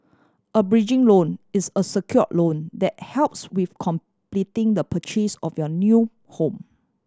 a bridging loan is a secured loan that helps with completing the purchase of your new home